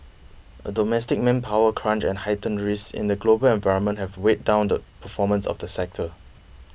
a domestic manpower crunch and heightened risks in the global environment have weighed down the performance of the sector